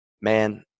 man